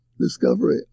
discovery